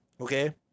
Okay